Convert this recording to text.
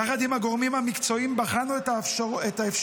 יחד עם הגורמים המקצועיים בחנו את האפשרות